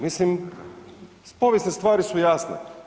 Mislim, povijesne stvari su jasne.